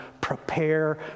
prepare